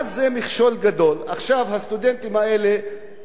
הסטודנטים האלה נוסעים לחוץ-לארץ,